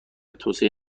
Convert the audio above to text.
توسعه